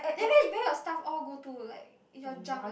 then where where your stuff all go to like in your junk ah